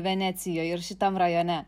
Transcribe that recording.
venecijoj ir šitam rajone